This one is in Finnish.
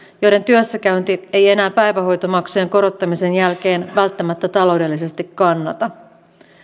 joiden työssäkäynti ei enää päivähoitomaksujen korottamisen jälkeen välttämättä taloudellisesti kannata